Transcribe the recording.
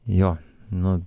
jo nu